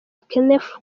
kenneth